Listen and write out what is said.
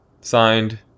Signed